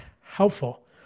helpful